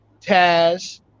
Taz